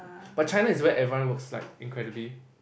but China is like where everyone works like incredibly